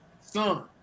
son